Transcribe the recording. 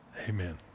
amen